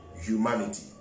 humanity